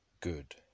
good